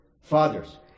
fathers